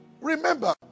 remember